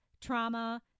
trauma